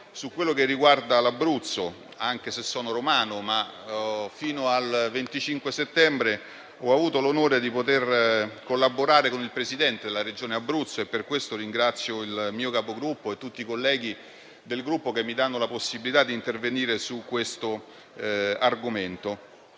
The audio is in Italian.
su quanto riguarda l'Abruzzo. Anche se sono romano, fino al 25 settembre scorso ho avuto l'onore di poter collaborare con il Presidente della Regione Abruzzo. E quindi ringrazio il mio Capogruppo e tutti i colleghi del Gruppo per avermi dato la possibilità di intervenire sull'argomento.